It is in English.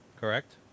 correct